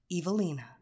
Evelina